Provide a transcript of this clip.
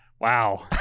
Wow